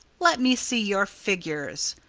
let me see your figures!